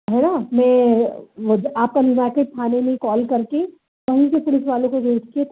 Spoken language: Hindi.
है ना मैं मुझे आप कल यहाँ आ कर थाने में ही कौल कर के कहीं से पुलिस वालों को भेजती हूँ